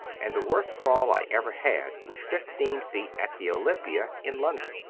and the worst fall i ever had was fifteen feet at the olympia, in london.